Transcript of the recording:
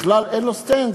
בכלל אין לו stand,